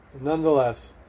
nonetheless